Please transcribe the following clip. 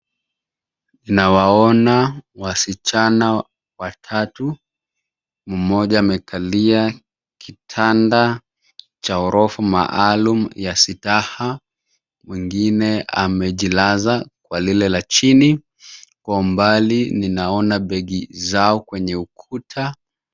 Nawaona washichana watatu. Mmoja amekalia kitanda cha orofa maalum ya staha. Mwingine amejilaza kwa lile la chini. Kwa umbali ninaona begi zao kwenye ukuta.